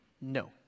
No